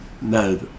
No